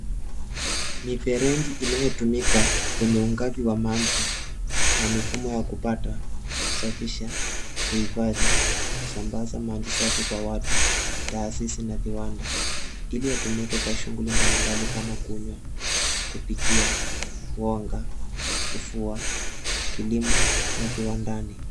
Mifereji inayotumika kwenye ugavi wa maji na mifumo ya kupata, kusafisha, kuhifadhi, kusambaza maji safi kwa watu, taasisi na viwanda iliyotumika kwa shughuli mbalimbali kama kunywa, kupikia, kuoga, kufua, kilimo na viwandani.